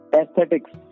aesthetics